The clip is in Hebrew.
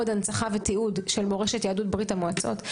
הנצחה ותיעוד של מורשת יהדות ברית המועצות.